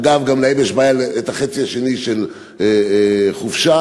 אגב, גם להם יש את החצי השני של יום חופשה.